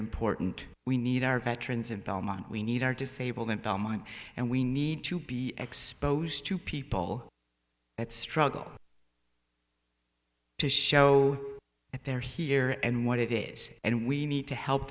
important we need our veterans in belmont we need our disabled and we need to be exposed to people that struggle to show that they're here and what it is and we need to help